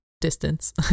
distance